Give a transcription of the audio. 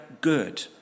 good